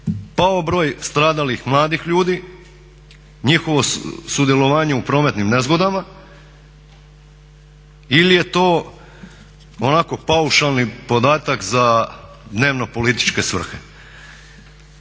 pao broj stradalih mladih ljudi, njihovo sudjelovanje u prometnim nezgodama ili je to onako paušalni podatak za dnevno-političke svrhe?